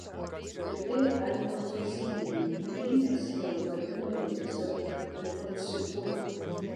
garbė alfonsui zieniui kurį mes jau vadinome tiesiog alfonsiuku